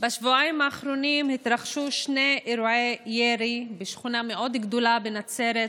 בשבועיים האחרונים התרחשו שני אירועי ירי בשכונה מאוד גדולה בנצרת,